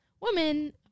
women